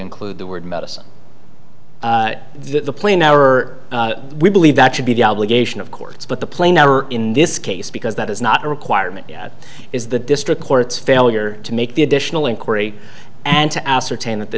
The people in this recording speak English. include the word medicine that the plane our we believe that should be the obligation of courts but the plane in this case because that is not a requirement that is the district court's failure to make the additional inquiry and to ascertain that the